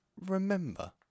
Remember